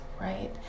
right